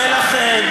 ולכן,